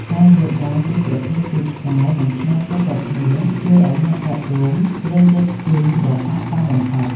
ការយល់ដឹងពីប្រភេទពូជឆ្កែ និងឆ្មាខុសៗគ្នា ជួយឱ្យអ្នកកាត់រោម ជ្រើសរើសស្ទីលដែលស័ក្តិសមបំផុត។